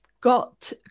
got